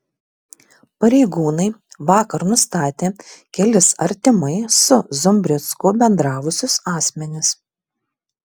pareigūnai vakar nustatė kelis artimai su zumbricku bendravusius asmenis